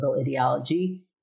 ideology